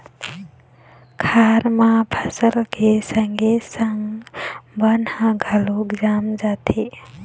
खार म फसल के संगे संग बन ह घलोक जाम जाथे